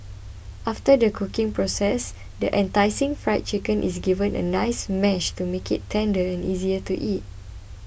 after the cooking process this enticing Fried Chicken is given a nice mash to make it tender and easier to eat